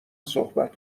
صحبت